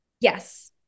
Yes